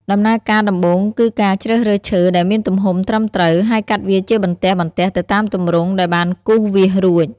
ដំណើរការដំបូងគឺការជ្រើសរើសឈើដែលមានទំហំត្រឹមត្រូវ ហើយកាត់វាជាបន្ទះៗទៅតាមទម្រង់ដែលបានគូសវាសរួច។